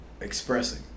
expressing